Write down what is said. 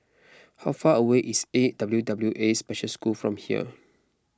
how far away is A W W A Special School from here